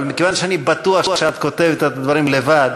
אבל מכיוון שאני בטוח שאת כותבת את הדברים לבד,